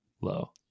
low